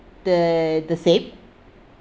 the the same